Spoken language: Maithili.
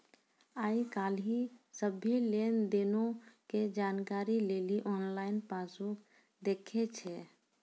आइ काल्हि सभ्भे लेन देनो के जानकारी लेली आनलाइन पासबुक देखै छै